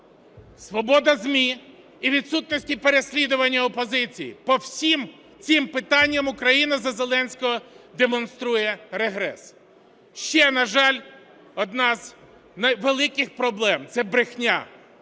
свобода ЗМІ і відсутності переслідування опозиції. По всім цим питанням Україна за Зеленського демонструє регрес. Ще, на жаль, одна з великих проблем – це брехня.